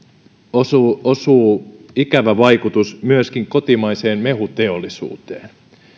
osuu osuu ikävä vaikutus myöskin kotimaiseen mehuteollisuuteen